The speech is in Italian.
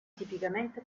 tipicamente